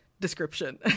description